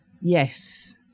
Yes